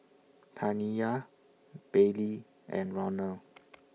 Taniyah Bailee and Ronald